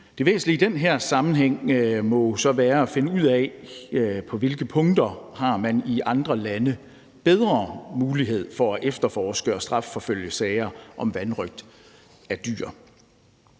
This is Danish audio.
Det væsentlige i den her sammenhæng må så være at finde ud af, på hvilke punkter man i andre lande har bedre mulighed for at efterforske og strafforfølge i sager om vanrøgt af dyr.